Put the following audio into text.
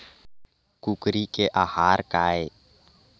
कुकरी के आहार काय?